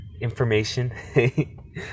information